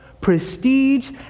prestige